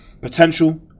potential